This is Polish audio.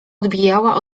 odbijała